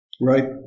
right